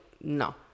no